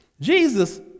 Jesus